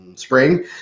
spring